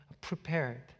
prepared